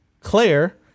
Claire